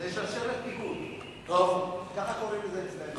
זה שרשרת פיקוד, ככה קוראים לזה אצלנו.